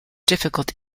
difficult